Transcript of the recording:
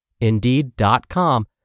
Indeed.com